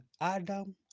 Adam